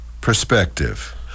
perspective